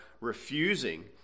refusing